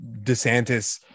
DeSantis